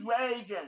raging